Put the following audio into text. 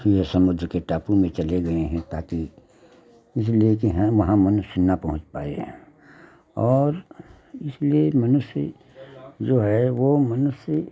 इसलिए समुद्र के टापू में चले गए हैं ताकि इसलिए कि हाँ वहाँ मनुष्य न पहुँच पाए और इसलिए मनुष्य जो है वह मनुष्य